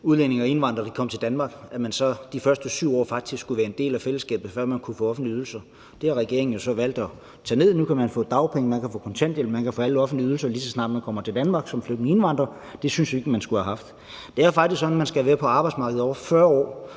kommer til Danmark, så man faktisk skal være en del af fællesskabet de første 7 år, før man kan få offentlige ydelser. Det har regeringen så valgt at tage væk. Nu kan man få dagpenge, man kan få kontanthjælp, man kan få alle offentlige ydelser, lige så snart man kommer til Danmark som flygtning og indvandrer; det synes vi ikke at man skal have. Det er jo faktisk sådan, at man skal være på arbejdsmarkedet i over 40 år,